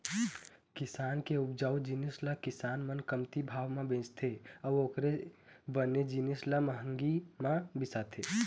किसान के उपजाए जिनिस ल किसान मन कमती भाव म बेचथे अउ ओखरे बने जिनिस ल महंगी म बिसाथे